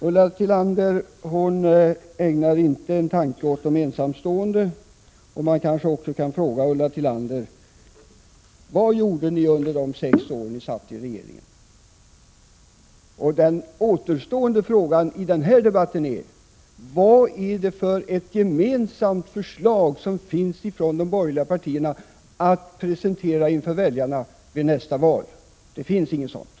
Ulla Tillander ägnade inte en tanke åt de ensamstående föräldrarna. Man kanske också kan fråga Ulla Tillander: Vad gjorde ni under de sex år ni satt i regeringen? Den återstående frågan i den här debatten är: Vad finns det för gemensamt förslag från de borgerliga partierna att presentera för väljarna inför nästa val? Det finns inget sådant.